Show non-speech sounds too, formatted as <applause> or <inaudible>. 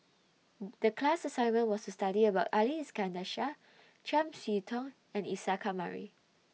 <noise> The class assignment was to study about Ali Iskandar Shah Chiam See Tong and Isa Kamari